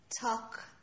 talk